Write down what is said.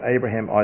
Abraham